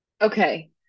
okay